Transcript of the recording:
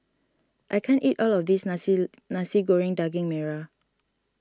I can't eat all of this Nasi Nasi Goreng Daging Merah